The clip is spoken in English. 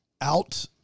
out